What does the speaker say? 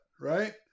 right